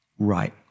Right